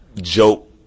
joke